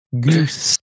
Goose